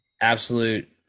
absolute